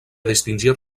distingir